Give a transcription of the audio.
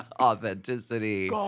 Authenticity